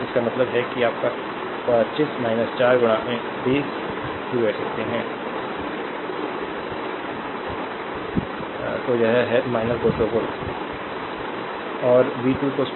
तो इसका मतलब है कि your 25 4 20 तो यह है 200 वोल्ट